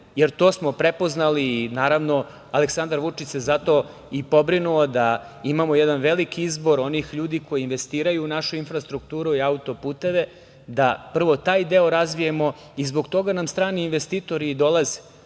jer smo to prepoznali. Naravno, Aleksandar Vučić se zato i pobrinuo da imamo jedan veliki izbor onih ljudi koji investiraju u našu infrastrukturu i autoputeve da prvo taj deo razvijemo. Zbog toga nam strani investitori i dolaze.